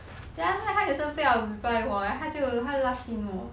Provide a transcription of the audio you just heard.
then after that 他也是不要 reply 我 leh 他就他 last seen 我